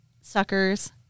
suckers